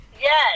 Yes